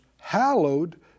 hallowed